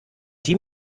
die